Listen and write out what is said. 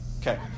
Okay